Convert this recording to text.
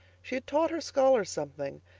she had taught her scholars something,